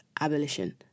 abolition